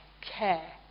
care